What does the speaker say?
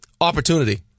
Opportunity